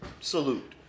salute